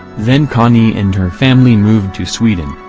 then connie and her family moved to sweden,